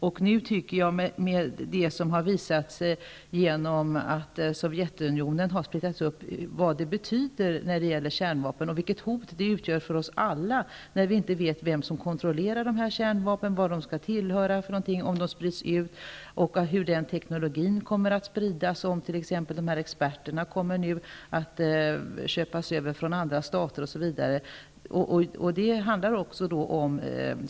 Nu när Sovjetunionen har splittrats upp tycker jag att det har visat sig vad det betyder när det gäller kärnvapen, vilket hot det utgör för oss alla när vi inte vet vem som kontrollerar dessa kärnvapen, vilken stat de skall tillhöra om de sprids ut. Frågan är också hur teknologin kommer att spridas, om t.ex. experterna nu kommer att köpas över av andra stater.